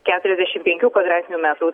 keturiasdešimt penkių kvadratinių metrų